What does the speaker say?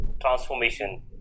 transformation